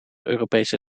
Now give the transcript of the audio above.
europese